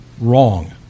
wrong